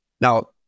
Now